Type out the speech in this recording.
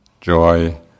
joy